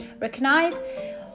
Recognize